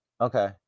Okay